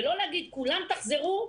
ולא להגיד: כולם תחזרו,